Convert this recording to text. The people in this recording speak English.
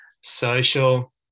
social